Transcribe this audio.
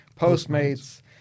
Postmates